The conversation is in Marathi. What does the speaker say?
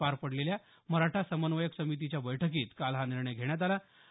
पुण्यात पार पडलेल्या मराठा समन्वयक समितीच्या बैठकीत काल हा निर्णय घेण्यात आला